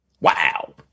Wow